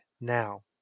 Now